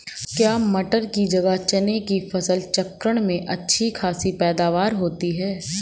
क्या मटर की जगह चने की फसल चक्रण में अच्छी खासी पैदावार होती है?